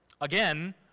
Again